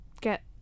get